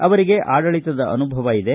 ಅವರಿಗೆ ಆಡಳಿತದ ಅನುಭವ ಇದೆ